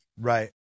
Right